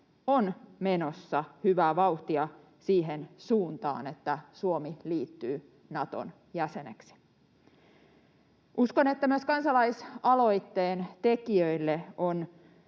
on menossa hyvää vauhtia siihen suuntaan, että Suomi liittyy Naton jäseneksi. Uskon, että myös kansalaisaloitteen tekijöille on